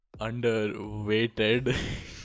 Underweighted